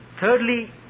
thirdly